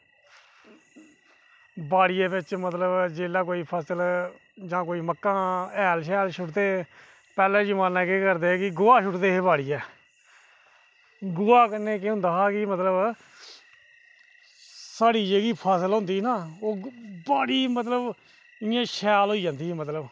बाड़ियै बिच मतलब जेल्लै कोई फसल जां कोई मक्कां हैल सुट्टदे हे पैह्ले जमाने केह् करदे हे कि गोहा सुट्टदे हे बाड़ियै गोहा कन्नै केह् होंदा कि मतलब ओह् साढ़ीा जेह्की फसल होंदी नां ओह् बड़ी मतलब इंया शैल होई जंदी मतलब